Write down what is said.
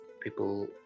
people